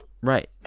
right